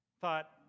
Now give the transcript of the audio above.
thought